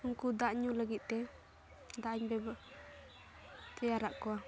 ᱩᱱᱠᱩ ᱫᱟᱜ ᱧᱩ ᱞᱟᱹᱜᱤᱫᱼᱛᱮ ᱫᱟᱜ ᱤᱧ ᱛᱮᱭᱟᱨᱟᱜ ᱠᱚᱣᱟ